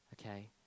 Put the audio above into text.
Okay